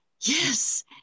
yes